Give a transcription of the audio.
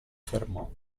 fermò